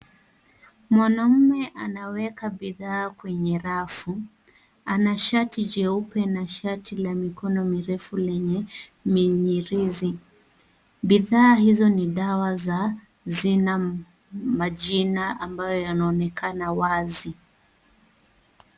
Mwanamme anaweka bidhaa kwenye rafu. Ana shati jeupe na shati la mikono mirefu lenye minyirizi. Bidhaa hizo ni dawa za, zina majina ambayo yanaonekana wazi.